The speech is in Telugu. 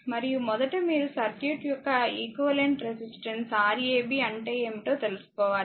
మరియు మొదట మీరు సర్క్యూట్ యొక్క ఈక్వివలెంట్ రెసిస్టెన్స్ Rab అంటే ఏమిటో తెలుసుకోవాలి